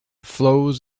flows